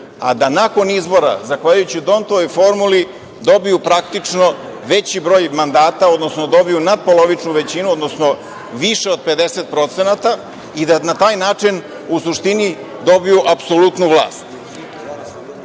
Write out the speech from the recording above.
a da nakon izbora, zahvaljujući Dontovoj formuli, dobiju praktično veći broj mandata, odnosno dobiju nadpolovičnu većinu, odnosno više od 50% i da na taj način u suštini dobiju apsolutnu vlast. Dakle,